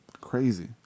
crazy